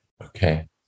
Okay